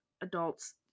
adults